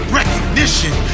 recognition